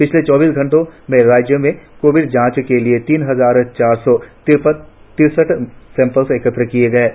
पिछले चौबीस घंटे में राज्यभर से कोविड जांच के लिए तीन हजार चार सौ तिरसठ सैंपल एकत्र किए गए है